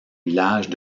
villages